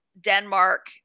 Denmark